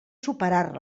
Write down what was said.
superar